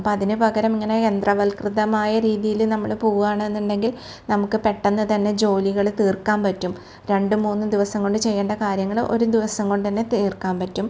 അപ്പം അതിന് പകരം ഇങ്ങനെ യന്ത്രവൽകൃതമായ രീതിയിൽ നമ്മൾ പോവാണെന്നുണ്ടെങ്കിൽ നമുക്ക് പെട്ടന്ന് തന്നെ ജോലികൾ തീർക്കാമ്പറ്റും രണ്ടും മൂന്നും ദിവസം കൊണ്ട് ചെയ്യേണ്ട കാര്യങ്ങൾ ഒരു ദിവസം കൊണ്ടന്നെ തീർക്കാമ്പറ്റും